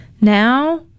Now